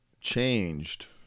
changed